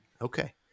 Okay